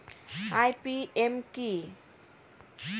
IPM কি?